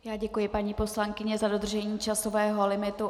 Já děkuji, paní poslankyně, za dodržení časového limitu.